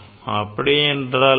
அப்படி என்றால் என்ன